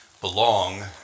belong